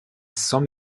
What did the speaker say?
sans